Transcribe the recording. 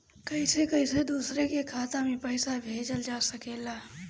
कईसे कईसे दूसरे के खाता में पईसा भेजल जा सकेला?